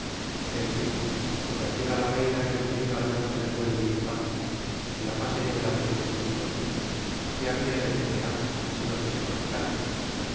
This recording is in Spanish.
en fin convertida la reina en el genio adverso del buen militar en la fase negra de su destino qué había de desear sino que se marchara